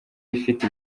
ifite